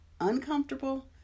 uncomfortable